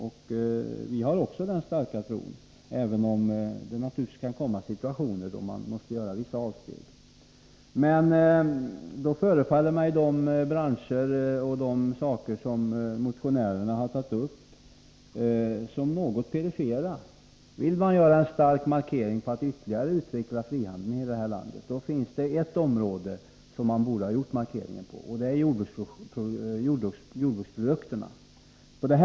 Också vi har denna starka tro, även om det naturligtvis kan komma situationer, då man måste göra vissa avsteg. De branscher och de saker som motionärerna har tagit upp förefaller mig emellertid såsom något perifera. Vill man göra en stark markering för att ytterligare utveckla frihandeln i detta land, finns det ett område som man borde ha gjort markeringen på, nämligen jordbrukets område.